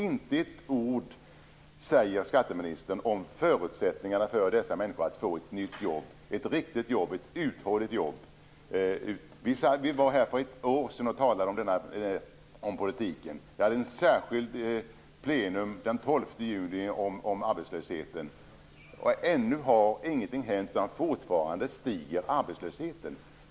Inte ett ord säger skatteministern om förutsättningarna för dessa människor att få ett nytt jobb, ett riktigt jobb, ett varaktigt jobb. Vi talade här i riksdagen för ett år sedan om denna politik. Vi hade ett särskilt plenum den 12 juli om arbetslösheten, och ännu har ingenting hänt. Fortfarande stiger arbetslösheten.